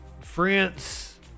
France